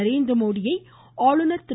நரேந்திர மோடியை ஆளுநர் திரு